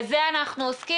בזה אנחנו עוסקים.